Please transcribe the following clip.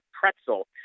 pretzel